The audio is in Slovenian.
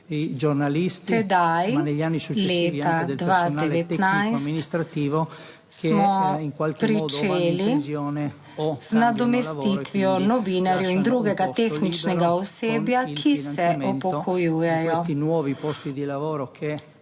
Tedaj, leta 2019 smo pričeli z nadomestitvijo novinarjev in drugega tehničnega osebja, ki se upokojujejo.